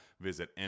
visit